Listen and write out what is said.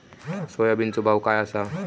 सोयाबीनचो भाव काय आसा?